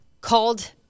called